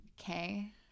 Okay